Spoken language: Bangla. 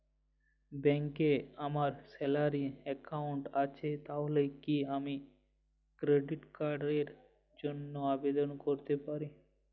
ব্যাংকে আমার স্যালারি অ্যাকাউন্ট আছে তাহলে কি আমি ক্রেডিট কার্ড র জন্য আবেদন করতে পারি?